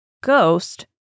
Ghost